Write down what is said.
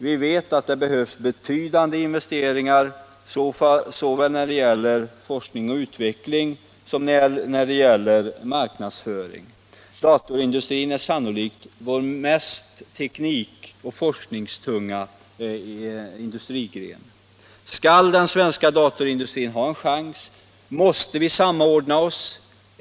Vi vet att det behövs betydande investeringar såväl när det gäller forskning och utveckling som när det gäller marknadsföring. Datorindustrin är sannolikt vår mest teknikoch forskningstunga industrigren. Om den svenska datorindustrin skall ha någon chans måste vi samordna.